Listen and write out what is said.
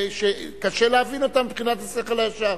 שקשה להבין אותה מבחינת השכל הישר: